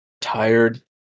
tired